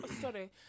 sorry